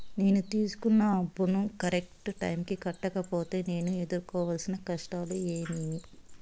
నేను తీసుకున్న అప్పును కరెక్టు టైముకి కట్టకపోతే నేను ఎదురుకోవాల్సిన కష్టాలు ఏమీమి?